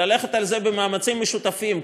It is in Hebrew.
ללכת על זה במאמצים משותפים,